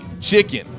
chicken